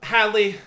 Hadley